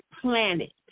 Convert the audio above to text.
planet